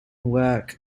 work